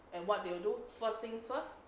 and what they will do first things first